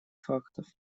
фактов